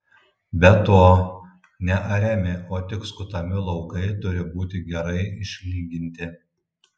be to neariami o tik skutami laukai turi būti gerai išlyginti